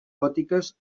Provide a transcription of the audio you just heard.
gòtiques